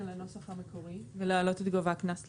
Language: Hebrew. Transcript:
לנוסח המקורי ולהעלות את גובה הקנס ל-1,000,